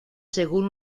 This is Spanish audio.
según